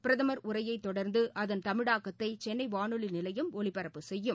பிரதமர் உரையத் தொடர்ந்து அதள் தமிழாக்கத்தை சென்னை வானொலி நிலையம் ஒலிபரப்பு செய்யும்